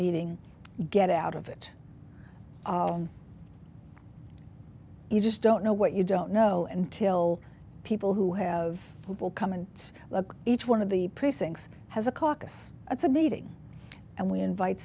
meeting get out of it you just don't know what you don't know until people who have who will come and look each one of the precincts has a caucus it's a meeting and we invite